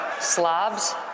slobs